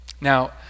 Now